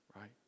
right